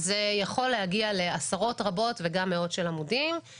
זה יכול להגיע לעשרות רבות וגם מאות של עמודים.